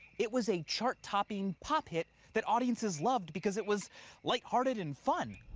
it was a chart-topping pop hit that audiences loved because it was lighthearted and fun.